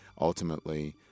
ultimately